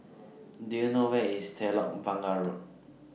Do YOU know Where IS Telok Blangah Road